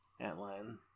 antlion